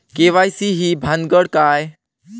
KYC ही भानगड काय?